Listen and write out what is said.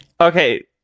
Okay